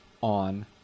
on